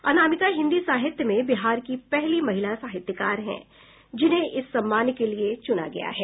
अनामिका हिन्दी साहित्य में बिहार की पहली महिला साहित्यकार हैं जिन्हें इस सम्मान के लिए चूना गया है